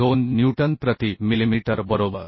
2 newton प्रति millimetre बरोबर